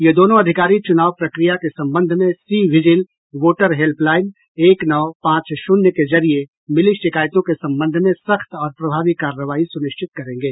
ये दोनों अधिकारी चुनाव प्रक्रिया के संबंध में C vigil voter help line एक नौ पांच शून्य के जरिये मिली शिकायतों के संबंध में सख्त और प्रभावी कार्रवाई सुनिश्चित करेंगे